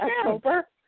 October